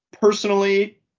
personally